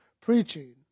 preaching